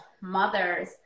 mothers